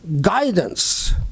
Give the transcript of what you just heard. guidance